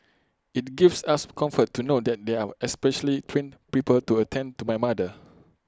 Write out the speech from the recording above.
IT gives us comfort to know that there are specially trained people to attend to my mother